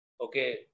okay